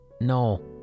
no